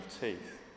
teeth